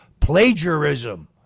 plagiarism